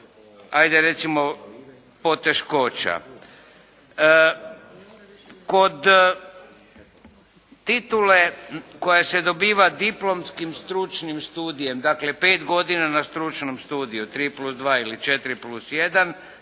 ajde recimo poteškoća. Kod titule koja se dobiva diplomskim stručnim studijem, dakle pet godina na stručnom studiju, 3+2 ili 4+1 sa